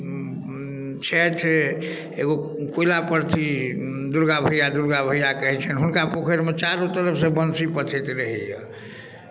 छथि एगो कोयला पर्थी दुर्गा भैआ दुर्गा भैआ कहैत छनि हुनका पोखरिमे चारू तरफसँ बंसी पथैत रहैए